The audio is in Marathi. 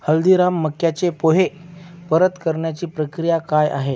हल्दीराम मक्याचे पोहे परत करण्याची प्रक्रिया काय आहे